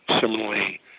Similarly